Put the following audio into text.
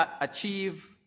achieve